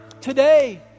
today